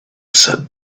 sat